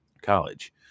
college